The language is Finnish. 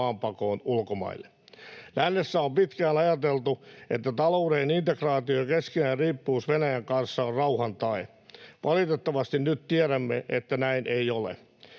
maanpakoon ulkomaille. Lännessä on pitkään ajateltu, että talouden integraation keskinäinen riippuvuus Venäjän kanssa on rauhan tae. Valitettavasti nyt tiedämme, että näin ei ole.